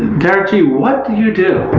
dara g, what do you do?